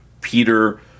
Peter